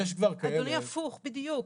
אדוני, הפוך בדיוק.